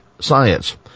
science